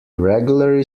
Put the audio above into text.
regularly